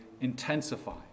intensify